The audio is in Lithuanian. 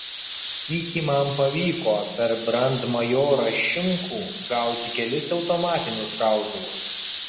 sykį man pavyko per brandmajorą šimkų gauti kelis automatinius šautuvus